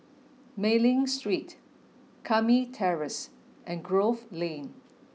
Mei Ling Street Lakme Terrace and Grove Lane